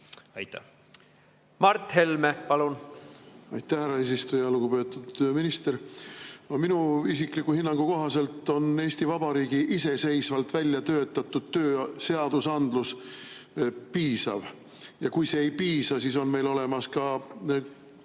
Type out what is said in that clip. palun! Mart Helme, palun! Aitäh, härra eesistuja! Lugupeetud minister! Minu isikliku hinnangu kohaselt on Eesti Vabariigi iseseisvalt välja töötatud tööseadusandlus piisav. Ja kui sellest ei piisa, siis on meil olemas ka